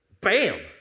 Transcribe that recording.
bam